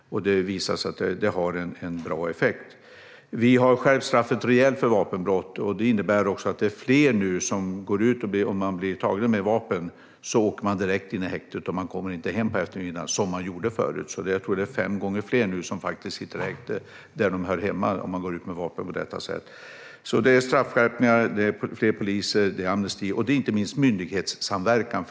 Det har visat sig ha en bra effekt. Vi har skärpt straffet rejält för vapenbrott. Det innebär att om man blir gripen med vapen åker man direkt in i häktet, och man kommer inte hem på eftermiddagen, som man gjorde förr. Jag tror att det är fem gånger fler som nu sitter häktade. Det är där som man hör hemma om man går ut med vapen på sig. Det handlar om straffskärpningar, fler poliser, vapenamnesti och inte minst myndighetssamverkan.